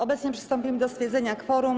Obecnie przystąpimy do stwierdzenia kworum.